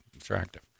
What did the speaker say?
attractive